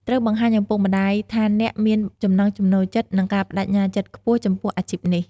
ត្រូវបង្ហាញឪពុកម្ដាយថាអ្នកមានចំណង់ចំណូលចិត្ត និងការប្តេជ្ញាចិត្តខ្ពស់ចំពោះអាជីពនេះ។